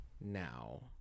now